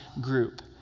group